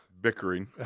bickering